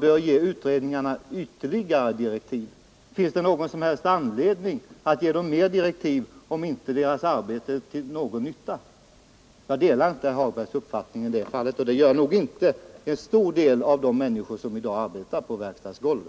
vill ge utredningarna ytterligare direktiv? Finns det någon anledning att ge dem flera direktiv, om deras arbete inte är till någon nytta? Jag delar inte herr Hagbergs uppfattning i detta fall, och det gör nog inte heller en stor del av de människor som i dag arbetar på verkstadsgolvet.